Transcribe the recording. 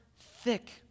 thick